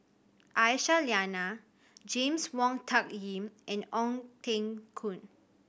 Aisyah Lyana James Wong Tuck Yim and Ong Teng Koon